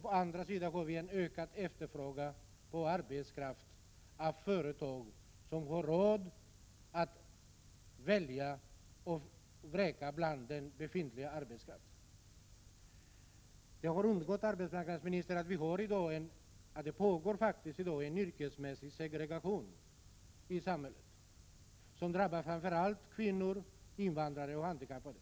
Å andra sidan har vi en ökad efterfrågan på arbetskraft av företag som har råd att välja och vraka bland den befintliga arbetskraften. Det har undgått arbetsmarknadsministern att det faktiskt pågår en yrkesmässig segregation i samhället, som drabbar framför allt kvinnor, invandrare och handikappade.